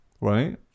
right